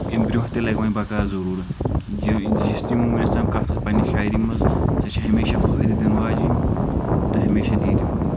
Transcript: امہِ برٛونٛہہ تہِ لگہِ وۄنۍ بقار ضروٗر یہِ یِس تہِ یِمو ؤنیُک تام کتھ ٲس پننہِ شاعری منٛز سۄ چھِ ہمیشہ فٲیدٕ دِنہٕ واجیٚنۍ تہٕ ہمیشہ دِی تہِ فٲیدٕ